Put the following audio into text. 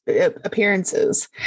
appearances